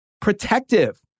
Protective